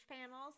panel's